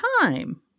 time